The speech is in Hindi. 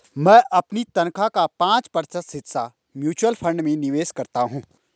मैं अपनी तनख्वाह का पाँच प्रतिशत हिस्सा म्यूचुअल फंड में निवेश करता हूँ